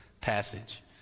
passage